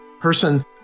person